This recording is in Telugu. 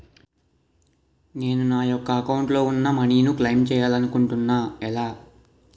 నేను నా యెక్క అకౌంట్ లో ఉన్న మనీ ను క్లైమ్ చేయాలనుకుంటున్నా ఎలా?